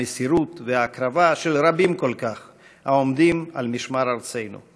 המסירות וההקרבה של רבים כל כך העומדים על משמר ארצנו.